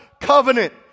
covenant